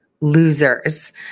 Losers